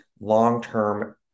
long-term